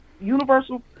Universal